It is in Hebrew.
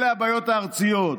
אלה הבעיות הארציות.